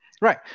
right